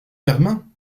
germain